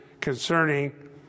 concerning